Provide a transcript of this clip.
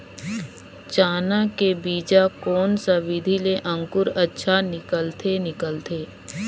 चाना के बीजा कोन सा विधि ले अंकुर अच्छा निकलथे निकलथे